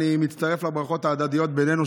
אני מצטרף לברכות ההדדיות בינינו,